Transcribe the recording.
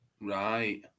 right